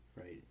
Right